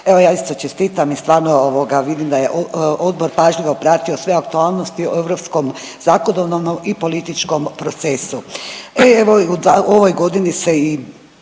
Evo ja isto čestitam i stvarno vidim da je odbor pažljivo pratio sve aktualnosti o europskom zakonodavnom i političkom procesu. Evo u ovoj godini se i